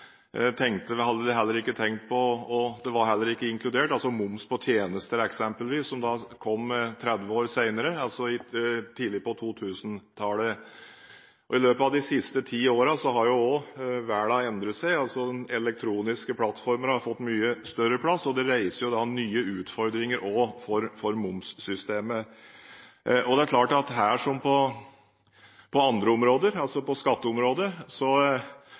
ikke tenkt på, og det var heller ikke inkludert, moms på tjenester eksempelvis, som kom 30 år senere, altså tidlig på 2000-tallet. I løpet av de siste ti årene har også verden endret seg. Elektroniske plattformer har fått mye større plass, og det reiser nye utfordringer også for momssystemet. Det er klart at på skatteområdet, som på andre områder, tror jeg ikke det bare er i finansministerens, men i hele Stortingets, interesse at vi klarer å ta vare på